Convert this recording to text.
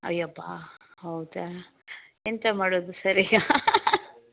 ಅಯ್ಯಬ್ಬ ಹೌದಾ ಎಂಥ ಮಾಡುವುದು ಸರ್ ಈಗ